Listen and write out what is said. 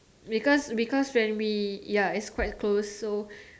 because because when we ya it's quite close so